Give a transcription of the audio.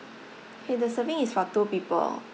K the serving is for two people